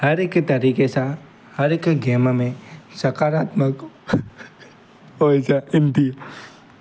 हर हिकु तरीक़े सां हर हिकु गेम में सकारात्मक ऊर्जा ईंदी